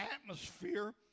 atmosphere